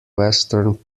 western